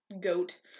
goat